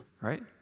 right